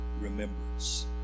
remembrance